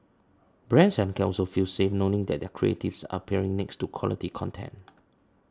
brands can also feel safe knowing that their creatives are appearing next to quality content